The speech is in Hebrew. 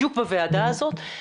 בדיוק בוועדה הזאת,